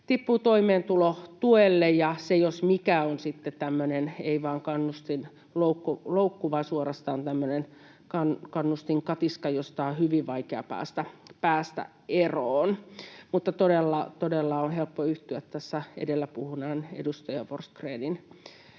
tippuvat toimeentulotuelle, ja se jos mikä on sitten tämmöinen ei vain kannustinloukku, vaan suorastaan tämmöinen kannustinkatiska, josta on hyvin vaikea päästä eroon. Todella on helppo yhtyä tässä edellä puhuneen edustaja Forsgrenin